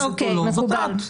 זאת את.